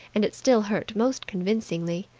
and it still hurt most convincingly.